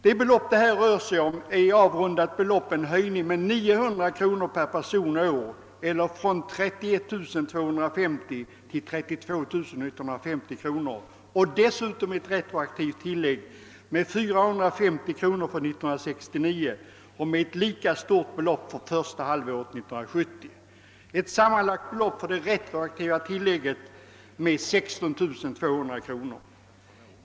De belopp det här rör sig om är i avrundat tal en höjning med 900 kronor per person och år eller från 31 250 till 32 150 kronor samt dessutom ett retroaktivt tillägg för 1969 på 450 kronor och ett lika stort belopp för första halvåret 1970, alltså ett sammanlagt belopp för det retroaktiva tilllägget med 16 200 kronor.